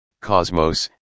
Cosmos